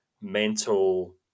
mental